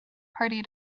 party